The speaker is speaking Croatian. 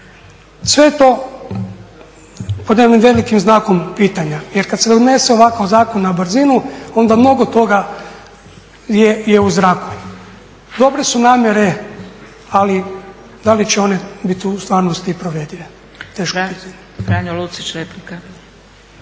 je to pod jednim velikim znakom pitanja. Jer kad se donese ovakav zakon na brzinu onda mnogo toga je u zraku. Dobre su namjere ali da li će one biti u stvarnosti i provedive?